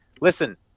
listen